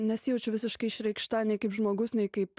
nesijaučiau visiškai išreikšta nei kaip žmogus nei kaip